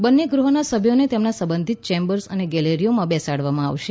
બંને ગૃહોના સભ્યોને તેમના સંબંધિત ચેમ્બર અને ગેલેરીઓમાં બેસાડવામાં આવશે